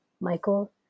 Michael